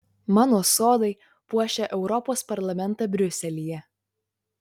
mano sodai puošia europos parlamentą briuselyje